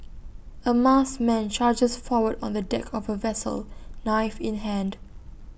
A masked man charges forward on the deck of A vessel knife in hand